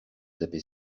taper